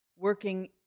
working